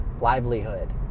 livelihood